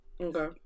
Okay